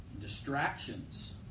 distractions